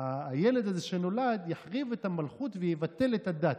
הילד הזה שנולד יחריב את המלכות ויבטל את הדת.